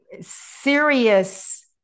serious